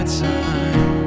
time